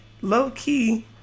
low-key